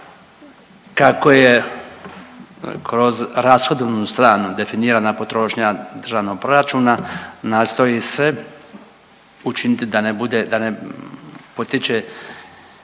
kako je kroz rashodovnu stranu definirana potrošnja državnog proračuna nastoji se učiniti da ne bude